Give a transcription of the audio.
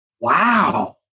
Wow